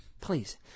Please